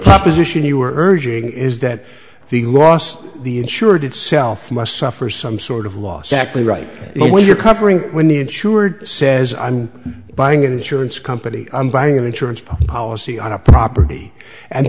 proposition you are urging is that the last the insured itself must suffer some sort of loss actually right when you're covering when the insured says i'm buying insurance company i'm buying an insurance policy on a property and